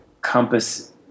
compass